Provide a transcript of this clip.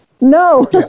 No